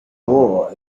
war